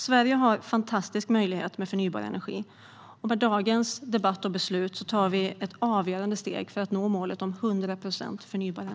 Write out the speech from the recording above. Sverige har fantastiska möjligheter när det gäller förnybar energi, och med dagens debatt och beslut tar vi ett avgörande steg för att nå målet om 100 procent förnybart.